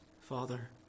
Father